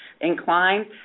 inclined